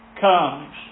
comes